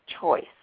choice